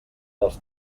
dels